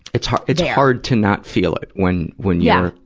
it's hard, it's hard to not feel it when, when yeah